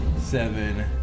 seven